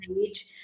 age